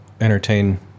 entertain